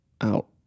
out